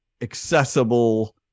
accessible